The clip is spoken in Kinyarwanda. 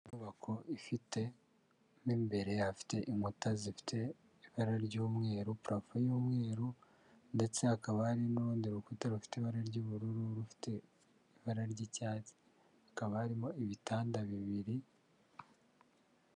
Inyubako ifite mu imbere ha afite inkuta zifite ibara ry'umweru, purafo y'umweru ndetse hakaba hari n'urundi rukuta rufite ibara ry'ubururu, urufite ibara ry'icyatsi, hakaba harimo ibitanda bibiri.